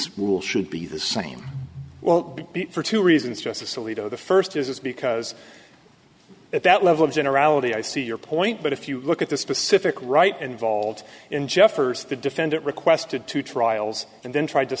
will should be the same well for two reasons justice alito the first is because at that level of generality i see your point but if you look at the specific right involved in jeffers the defendant requested two trials and then tried to